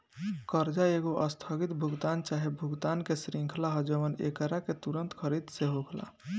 कर्जा एगो आस्थगित भुगतान चाहे भुगतान के श्रृंखला ह जवन एकरा के तुंरत खरीद से होला